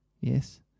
Yes